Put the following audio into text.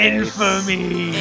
Infamy